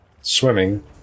swimming